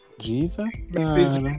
Jesus